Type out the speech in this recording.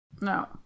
no